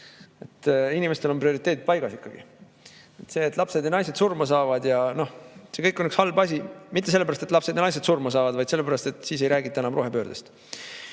Inimesel on prioriteedid paigas ikkagi. See, et lapsed ja naised surma saavad, see kõik on üks halb asi, aga mitte sellepärast, et lapsed ja naised surma saavad, vaid sellepärast, et siis ei räägita enam rohepöördest.